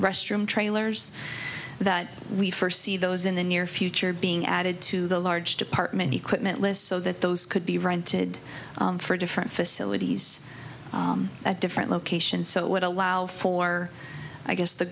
restroom trailers that we first see those in the near future being added to the large department equipment list so that those could be rented for different facilities at different locations so it would allow for i guess the